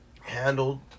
Handled